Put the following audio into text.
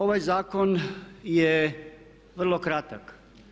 Ovaj zakon je vrlo kratak.